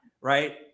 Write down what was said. right